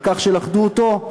על כך שלכדו אותו,